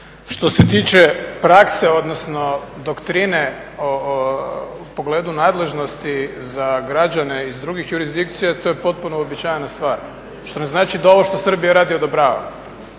Što se tiče prakse, odnosno doktrine u pogledu nadležnosti za građane iz drugih jurisdikcija to je potpuno uobičajena stvar, što ne znači da ovo što Srbija radi odobravam.